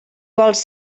vols